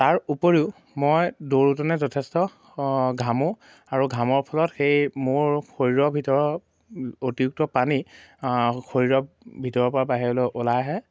তাৰ উপৰিও মই দৌৰতে যথেষ্ট ঘামোঁ আৰু ঘামৰ ফলত সেই মোৰ শৰীৰৰ ভিতৰৰ অতিৰিক্ত পানী শৰীৰৰ ভিতৰৰ পৰা বাহিৰলৈ ওলাই আহে